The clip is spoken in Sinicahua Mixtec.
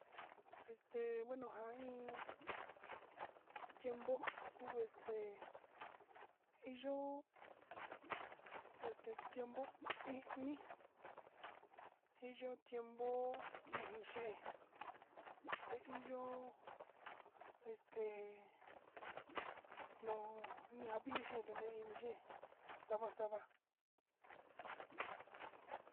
Este bueno ja'a iin tiempo kuu este iin yo'ó este tiempo ini hi yo'ó tiempo vixhé, ta iin yo'ó este no'o ña vili kanuu ini xée xava xava.